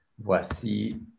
Voici